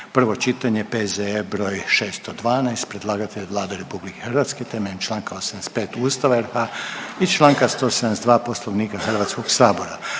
prvo čitanje, P.Z.E. broj 612 Predlagatelj je Vlada RH temeljem Članka 85. Ustava RH i Članka 172. Poslovnika Hrvatskog sabora.